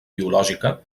biològica